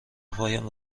پایم